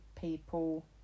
people